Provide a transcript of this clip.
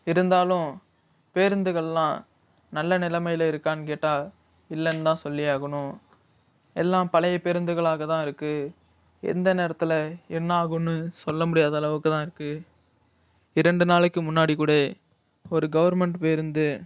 இருந்தாலும் பேருந்துகள்லாம் நல்ல நிலமையில் இருக்கான்னு கேட்டால் இல்லைன்னு தான் சொல்லியாகணும் எல்லாம் பழைய பேருந்துகளாக தான் இருக்கு எந்த நேரத்தில் என்னாகுன்னு சொல்ல முடியாத அளவுக்கு தான் இருக்கு இரண்டு நாளைக்கு முன்னாடி கூடே ஒரு கவர்மெண்ட் பேருந்து